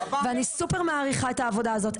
ואני סופר מעריכה את העבודה הזאת.